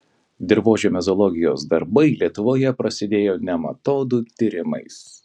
dirvožemio zoologijos darbai lietuvoje prasidėjo nematodų tyrimais